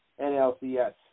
NLCS